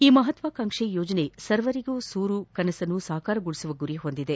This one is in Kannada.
ಈ ಮಹಾತ್ವಾಕಾಂಕ್ಷಿ ಯೋಜನೆ ಸರ್ವರಿಗೂ ಸೂರು ಕನಸನ್ನು ಸಾಕಾರಗೊಳಿಸುವ ಗುರಿ ಹೊಂದಿದೆ